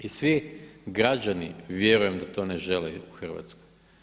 I svi građani, vjerujem da to ne žele u Hrvatskoj.